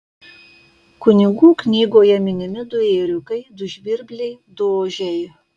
kunigų knygoje minimi du ėriukai du žvirbliai du ožiai